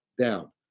down